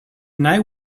night